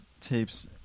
tapes